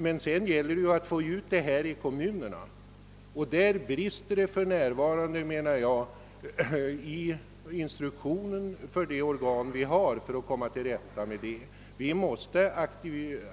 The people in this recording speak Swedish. Men sedan gäller det också att följa upp verksamheten ute i kommunerna, och där menar jag att det för närvarande brister i instruktionen för de organ vi har. Vi måste